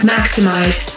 Maximize